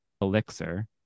elixir